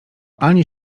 ani